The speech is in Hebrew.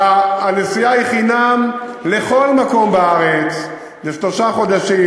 והנסיעה היא חינם לכל מקום בארץ לשלושה חודשים,